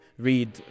read